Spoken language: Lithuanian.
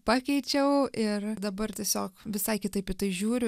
pakeičiau ir dabar tiesiog visai kitaip į tai žiūriu